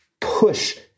Push